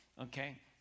okay